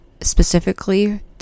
specifically